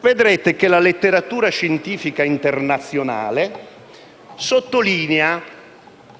Vedrete che la letteratura scientifica internazionale sottolinea